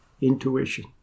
intuition